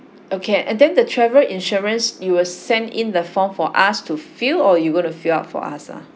okay and then the travel insurance you will send in the form for us to fill or you gonna fill out for us ah